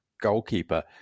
goalkeeper